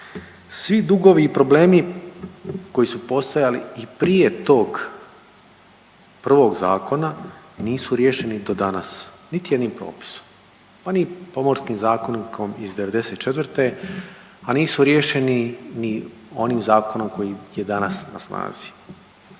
Svi dugovi i problemi koji su postojali i prije tog prvog zakona nisu riješeni do danas niti jednim propisom, pa ni Pomorskim zakonikom iz '94. a nisu riješeni ni onim zakonom koji je danas na snazi.